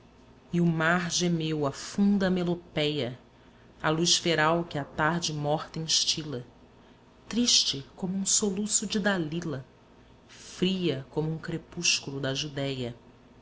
e o mar gemeu a funda melopéia à luz feral que a tarde morta instila triste como um soluço de dalila fria como um crepúsculo da judéia